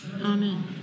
amen